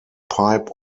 pipe